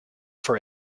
for